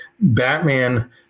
Batman